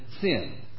sin